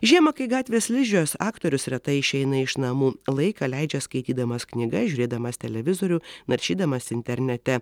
žiemą kai gatvės slidžios aktorius retai išeina iš namų laiką leidžia skaitydamas knygas žiūrėdamas televizorių naršydamas internete